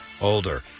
older